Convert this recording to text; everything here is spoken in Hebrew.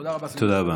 תודה רבה.